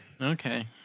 Okay